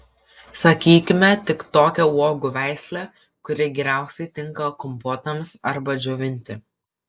sakykime tik tokią uogų veislę kuri geriausiai tinka kompotams arba džiovinti